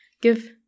give